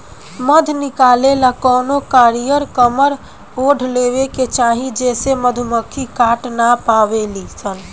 मध निकाले ला कवनो कारिया कमर ओढ़ लेवे के चाही जेसे मधुमक्खी काट ना पावेली सन